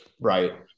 Right